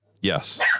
yes